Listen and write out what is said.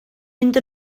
mynd